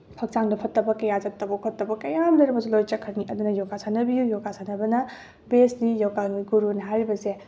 ꯍꯛꯆꯥꯡꯗ ꯐꯠꯇꯕ ꯀꯌꯥ ꯆꯠꯇꯕ ꯈꯣꯠꯇꯕ ꯀꯌꯥ ꯑꯃ ꯂꯩꯔꯝꯃꯁꯨ ꯂꯣꯏꯅ ꯆꯠꯈ꯭ꯔꯅꯤ ꯑꯗꯨꯅ ꯌꯣꯒꯥ ꯁꯥꯟꯅꯕꯤꯌꯨ ꯌꯣꯒꯥ ꯁꯥꯟꯅꯕꯅ ꯕꯦꯁꯅꯤ ꯌꯣꯒꯥꯒꯤ ꯒꯨꯔꯨꯅ ꯍꯥꯏꯔꯤꯕꯁꯦ